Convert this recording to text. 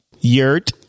Yurt